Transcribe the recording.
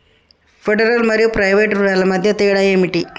Federal మరియు private రుణాల మధ్య తేడా ఏమిటి?